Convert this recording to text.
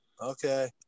Okay